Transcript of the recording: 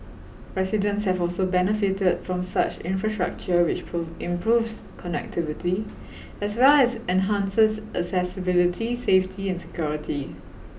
residents have also benefited from such infrastructure which improves connectivity as well as enhances accessibility safety and security